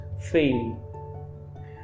fail